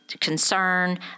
concern